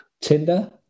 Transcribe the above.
Tinder